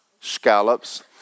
scallops